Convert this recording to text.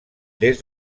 des